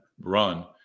run